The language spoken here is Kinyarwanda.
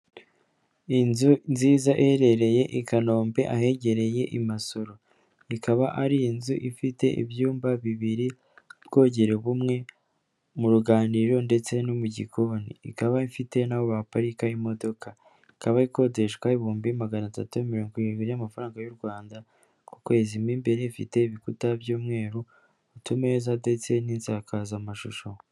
Inzu nziza iherereye i Kanombe ahegereye i Masoro ikaba ari inzu ifite ibyumba bibiri, ubwogere bumwe mu ruganiro ndetse no mu gikoni ikaba ifite n'abo baparika imodoka ikaba ikodeshwa ibihumbi magana atatu mirongo irindwi y'amafaranga y'u Rwanda ku kwezi imbere ifite ibikuta by'umweru, utumeza ndetse n'insakazamashusho.